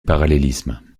parallélisme